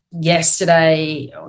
yesterday